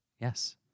Yes